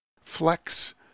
Flex